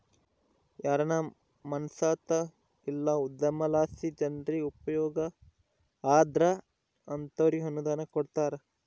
ಯಾರಾನ ಮನ್ಸೇತ ಇಲ್ಲ ಉದ್ಯಮಲಾಸಿ ಜನ್ರಿಗೆ ಉಪಯೋಗ ಆದ್ರ ಅಂತೋರ್ಗೆ ಅನುದಾನ ಕೊಡ್ತಾರ